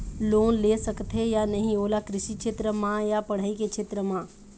Loan ले सकथे या नहीं ओला कृषि क्षेत्र मा या पढ़ई के क्षेत्र मा?